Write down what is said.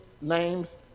names